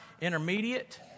intermediate